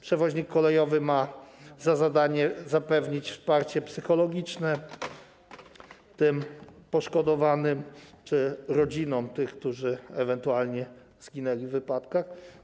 Przewoźnik kolejowy ma za zadnie zapewnić też wsparcie psychologiczne poszkodowanym czy rodzinom tych, którzy ewentualnie zginęli w wypadkach.